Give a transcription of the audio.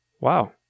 wow